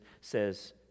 says